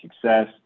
success